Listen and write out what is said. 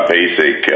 basic